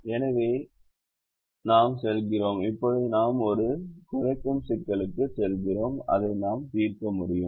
எனவே நாம் செல்கிறோம் இப்போது நாம் ஒரு குறைக்கும் சிக்கலுக்கு செல்கிறோம் அதை நாம் தீர்க்க முடியும்